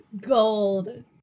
gold